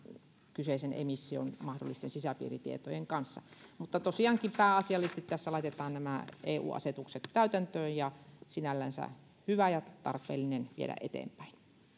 kyseisen emission mahdollisten sisäpiiritietojen kanssa tosiaankin pääasiallisesti tässä laitetaan nämä eu asetukset täytäntöön ja sinällänsä tämä on hyvä ja tarpeellinen viedä eteenpäin